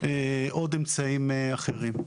עוד אמצעים אחרים.